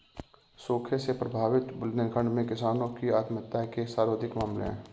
सूखे से प्रभावित बुंदेलखंड में किसानों की आत्महत्या के सर्वाधिक मामले है